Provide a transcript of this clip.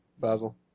Basil